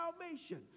salvation